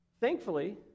thankfully